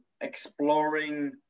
exploring